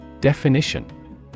Definition